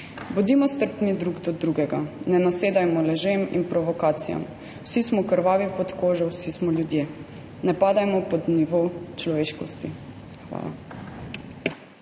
Bodimo strpni drug do drugega, ne nasedajmo lažem in provokacijam. Vsi smo krvavi pod kožo, vsi smo ljudje, ne padajmo pod nivo človeškosti. Hvala.